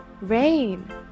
rain